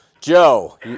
Joe